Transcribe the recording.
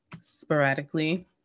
sporadically